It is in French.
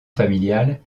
familiale